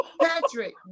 Patrick